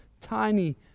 tiny